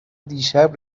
دیشب